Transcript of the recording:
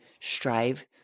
strive